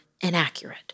inaccurate